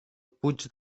puig